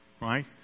Right